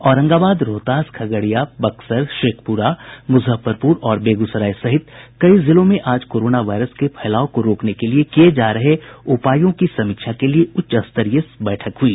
औरंगाबाद रोहतास खगड़िया बक्सर शेखपुरा मुजफ्फरपुर और बेगूसराय सहित कई जिलों में आज कोरोना वायरस के फैलाव को रोकने के लिये किये जा रहे उपायों की समीक्षा के लिये उच्च स्तरीय बैठक हुई